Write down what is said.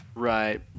Right